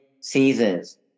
seasons